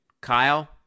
Kyle